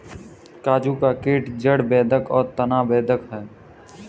काजू का कीट जड़ बेधक और तना बेधक है